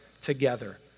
together